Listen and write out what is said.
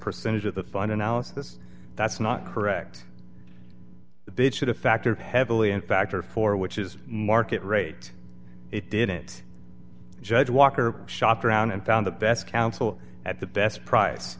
percentage of the fund analysis that's not correct that should have factored heavily in factor four which is market rate it didn't judge walker shopped around and found the best counsel at the best price